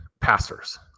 passers